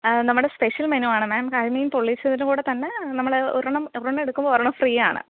നമ്മുടെ സ്പെഷ്യൽ മെനുവാണ് മാം കരിമീൻ പൊള്ളിച്ചതിൻ്റെ കൂടെത്തന്നെ നമ്മൾ ഒരെണ്ണം ഒരെണ്ണം എടുക്കുമ്പോൾ ഒരെണ്ണം ഫ്രീ ആണ്